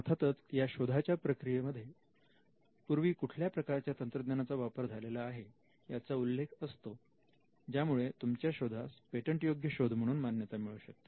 अर्थातच या शोधाच्या प्रक्रियेमध्ये पूर्वी कुठल्या प्रकारच्या तंत्रज्ञानाचा वापर झालेला आहे याचा उल्लेख त्यात असतो ज्यामुळे तुमच्या शोधास पेटंट योग्य शोध म्हणून मान्यता मिळू शकते